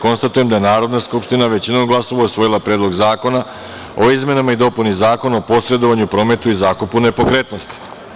Konstatujem da je Narodna skupština većinom glasova usvojila Predlog izmenama i dopunama Zakona o posredovanju u prometu i zakupu nepokretnosti.